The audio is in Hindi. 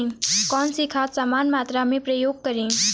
कौन सी खाद समान मात्रा में प्रयोग करें?